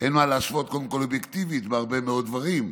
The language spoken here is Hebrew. אין מה להשוות קודם כול אובייקטיבית בהרבה מאוד דברים,